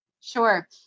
sure